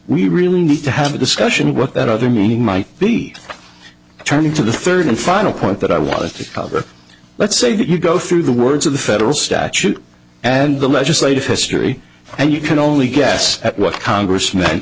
we really need to have a discussion what that other meaning might be turning to the third and final point that i wanted to cover let's say that you go through the words of the federal statute and the legislative history and you can only guess at what congress me